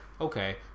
okay